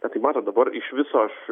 ne tai matot dabar iš viso aš